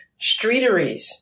Streeteries